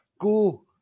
Go